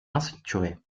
insaturés